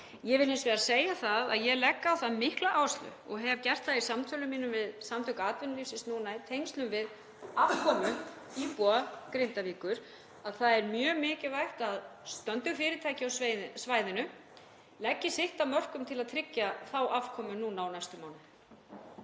Ég vil hins vegar segja að ég legg á það mikla áherslu, og hef gert það í samtölum mínum við Samtök atvinnulífsins núna í tengslum við aðkomu íbúa Grindavíkur, að það er mjög mikilvægt að stöndug fyrirtæki á svæðinu leggi sitt af mörkum til að tryggja þá afkomu núna á næstu mánuðum.